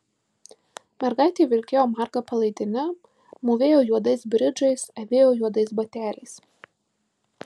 mergaitė vilkėjo marga palaidine mūvėjo juodais bridžais avėjo juodais bateliais